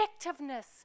effectiveness